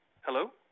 Hello